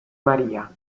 maria